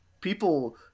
people